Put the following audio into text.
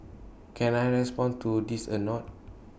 can I respond to this anot